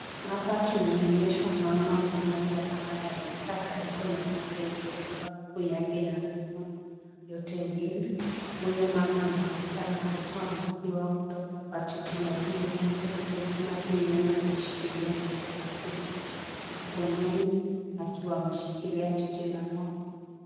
Hapa tumeonyeshwa mama mmoja ambaye amekaa karibu na ng'ombe iliyofungwa miguu yake ya nyuma yote mbili, huyu mama anaonekana kutoa maziwa kutoka kwa titi la huyu ng'ombe vile tunavyoiona ameshikilia chupa lake mkononi akiwa ameshikilia titi la ng'ombe.